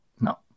no